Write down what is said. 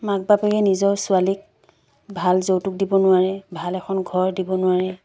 মাক বাপেকে নিজৰ ছোৱালীক ভাল যৌতুক দিব নোৱাৰে ভাল এখন ঘৰ দিব নোৱাৰে